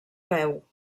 peu